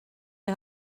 est